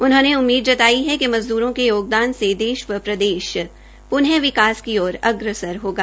उन्होंने उम्मीद स ताई कि मज़द्रों के योगदान से देश व प्रदेश प्नः विकास की ओर अग्रसर होगा